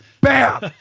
Bam